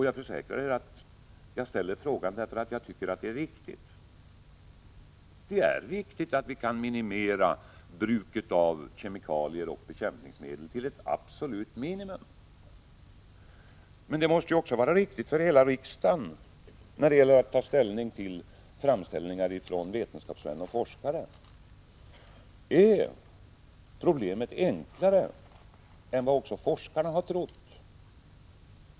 Jag försäkrar er att jag ställer frågan därför att jag tycker den är viktig. Det är viktigt att kunna få ned bruket av kemikalier och bekämpningsmedel till ett absolut minimum. Men det måste också vara viktigt för hela riksdagen — när det gäller att ta ställning till framställningar från vetenskapsmän och forskare — att veta om problemet är enklare än vad också forskarna har trott.